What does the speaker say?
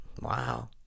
Wow